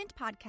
podcast